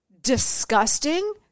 disgusting